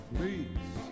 Please